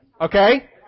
Okay